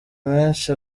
menshi